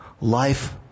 life